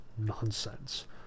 Nonsense